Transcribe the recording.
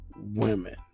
women